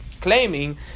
claiming